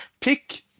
Pick